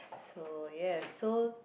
so yes so